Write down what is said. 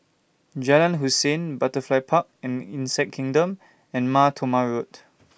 Jalan Hussein Butterfly Park and Insect Kingdom and Mar Thoma Road